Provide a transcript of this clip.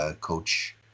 coach